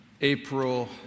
April